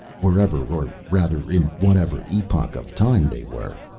wherever or rather in whatever epoch of time they were,